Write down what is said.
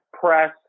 press